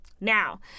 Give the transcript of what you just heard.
Now